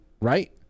Right